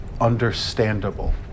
understandable